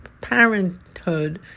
parenthood